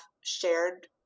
shared